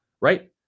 right